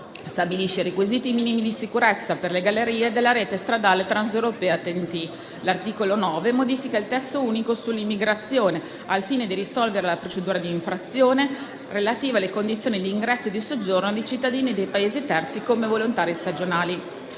stabilisce i requisiti minimi di sicurezza per le gallerie della rete stradale transeuropea TEN-T. L'articolo 9 modifica il testo unico sull'immigrazione al fine di risolvere la procedura di infrazione relativa alle condizioni di ingresso e di soggiorno dei cittadini dei Paesi terzi come volontari e stagionali.